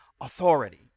authority